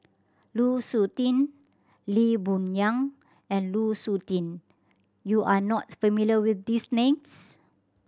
Lu Suitin Lee Boon Yang and Lu Suitin you are not familiar with these names